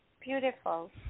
Beautiful